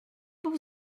був